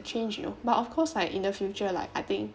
a change you know but of course like in the future like I think